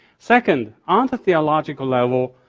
second, on the theological level,